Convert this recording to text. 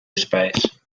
space